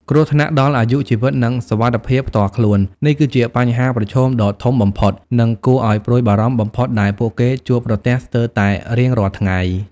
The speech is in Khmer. គ្រោះថ្នាក់ដល់អាយុជីវិត និងសុវត្ថិភាពផ្ទាល់ខ្លួន នេះគឺជាបញ្ហាប្រឈមដ៏ធំបំផុត និងគួរឲ្យព្រួយបារម្ភបំផុតដែលពួកគេជួបប្រទះស្ទើរតែរៀងរាល់ថ្ងៃ។